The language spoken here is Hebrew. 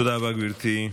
תודה רבה, גברתי.